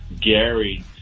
Gary